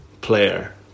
player